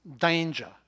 danger